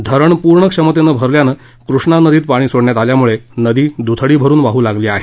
धरण पूर्ण क्षमतेनं भरल्यानं कृष्णा नदीत पाणी सोडण्यात आल्यामुळे नदी दुथडी भरून वाह लागली आहे